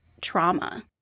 trauma